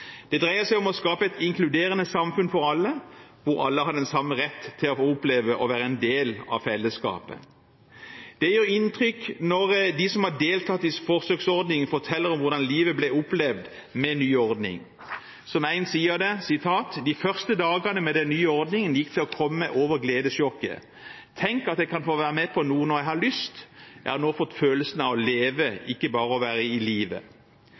Det dreier seg om å skape et inkluderende samfunn for alle hvor alle har den samme retten til å få oppleve å være en del av fellesskapet. Det gjør inntrykk når de som har deltatt i forsøksordningen, forteller om hvordan livet ble opplevd med ny ordning. Som én sier det: De første dagene med den nye ordningen gikk til å komme over gledessjokket. Tenk at jeg kan få være med på noe når jeg har lyst. Jeg har nå fått følelsen av å leve, ikke bare å være i